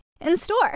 in-store